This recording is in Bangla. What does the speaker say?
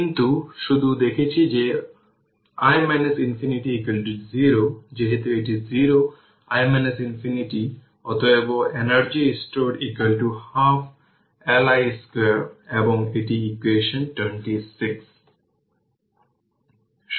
কিন্তু শুধু দেখেছি যে i ইনফিনিটি 0 যেহেতু এটি 0 i ইনফিনিটি অতএব এনার্জি স্টোরড হাফ Li 2 এবং এটি ইকুয়েশন 26